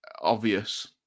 obvious